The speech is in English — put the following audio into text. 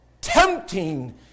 tempting